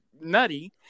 nutty